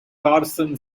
carson